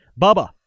Bubba